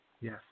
Yes